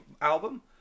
album